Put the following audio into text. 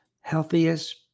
healthiest